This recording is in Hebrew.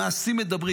המעשים מדברים.